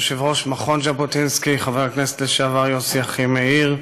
יושב-ראש מכון ז'בוטינסקי חבר הכנסת לשעבר יוסי אחימאיר,